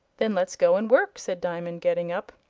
then let's go and work, said diamond, getting up.